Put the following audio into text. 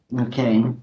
Okay